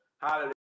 Hallelujah